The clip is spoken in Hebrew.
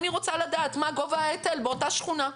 אני רוצה לדעת מה גובה ההיטל באותה שכונה.